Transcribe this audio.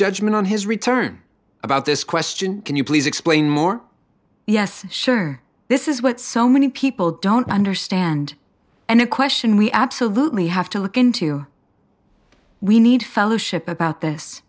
judgment on his return about this question can you please explain more yes sure this is what so many people don't understand and a question we absolutely have to look into we need fellowship about this